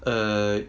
err